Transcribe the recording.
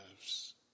lives